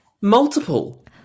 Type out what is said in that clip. Multiple